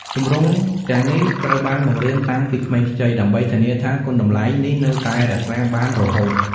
ទម្រង់ទាំងនេះត្រូវបានបង្រៀនតាំងពីក្មេងខ្ចី ដើម្បីធានាថាគុណតម្លៃនេះនៅតែរក្សាបានរហូត។